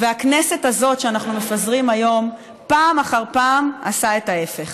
והכנסת הזאת שאנחנו מפזרים היום פעם אחר פעם עשתה את ההפך.